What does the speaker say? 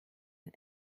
ein